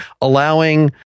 allowing